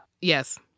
yes